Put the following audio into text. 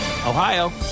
Ohio